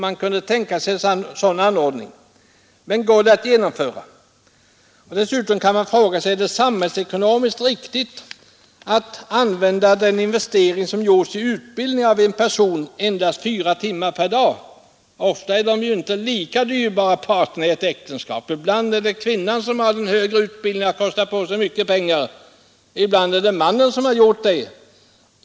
Men går det att genomföra? Dessutom kan man fråga sig om det är samhällsekonomiskt att en investering som gjorts i utbildning av en person används endast fyra timmar per dag. Ofta har parterna olika dyrbar utbildning. Ibland är det kvinnan som har genomgått en högre utbildning, ibland är det mannen som gjort det.